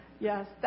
Yes